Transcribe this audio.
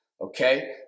okay